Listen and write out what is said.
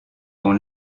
dans